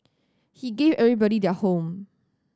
he gave everybody their home